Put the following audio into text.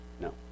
No